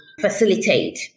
facilitate